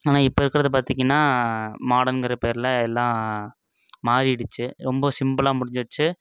ஆனால் இப்போ இருக்கிறது பார்த்தீங்கன்னா மாடன்கிற பேரில் எல்லாம் மாறிடுத்து ரொம்ப சிம்பிளாக முடிஞ்சிருத்து